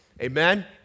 Amen